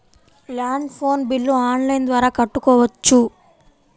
Land phone bill online ద్వారా కట్టుకోవచ్చు?